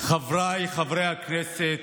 חבריי חברי הכנסת,